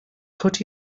cut